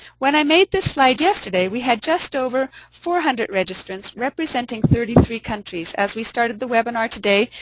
when i made this slide yesterday, we had just over four hundred registrants, representing thirty three countries. as we started the webinar today,